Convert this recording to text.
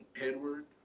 Edward